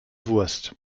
wurst